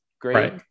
great